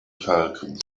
falcon